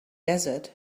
desert